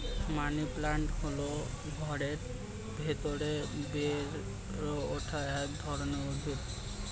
money plant হল ঘরের ভেতরে বেড়ে ওঠা এক ধরনের উদ্ভিদ